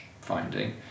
finding